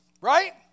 Right